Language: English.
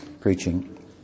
preaching